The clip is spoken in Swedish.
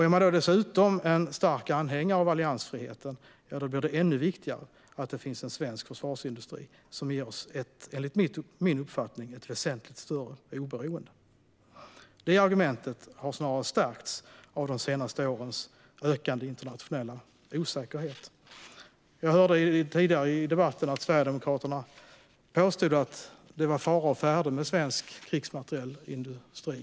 Är man dessutom en stark anhängare av alliansfriheten blir det ännu viktigare att det finns en svensk försvarsindustri som ger oss ett, enligt min uppfattning, väsentligt större oberoende. Det argumentet har snarare stärkts av de senare årens ökande internationella osäkerhet. Jag hörde tidigare i debatten att Sverigedemokraterna påstod att det är fara å färde med svensk krigsmaterielindustri.